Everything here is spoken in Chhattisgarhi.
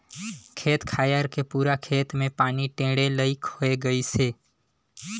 खेत खायर के पूरा खेत मे पानी टेंड़े लईक होए गइसे